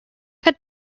cut